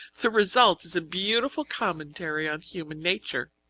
the result is a beautiful commentary on human nature.